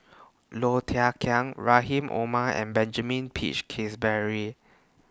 Low Thia Khiang Rahim Omar and Benjamin Peach Keasberry